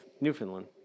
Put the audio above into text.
Newfoundland